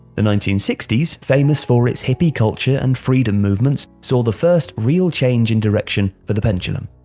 the nineteen sixty s, famous for its hippy culture and freedom movements, saw the first real change in direction for the pendulum.